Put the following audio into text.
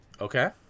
Okay